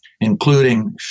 including